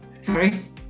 Sorry